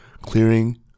clearing